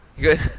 Good